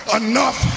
enough